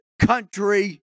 country